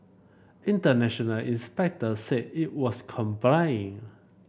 international inspector said it was complying